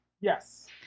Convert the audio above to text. Yes